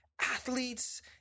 athletes